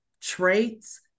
traits